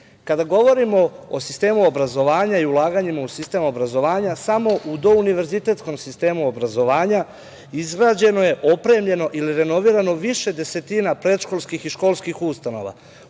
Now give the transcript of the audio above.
govorimo o sistemu obrazovanja i ulaganja u sistem obrazovanja, samo u douniverzitetskom sistemu obrazovanja izgrađeno je, opremljeno ili renovirano više desetina predškolskih i školskih ustanova